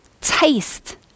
taste